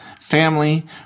Family